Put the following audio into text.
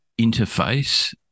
interface